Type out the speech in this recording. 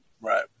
Right